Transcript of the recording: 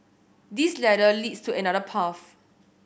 this ladder leads to another path